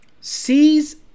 sees